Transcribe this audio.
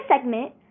segment